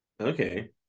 okay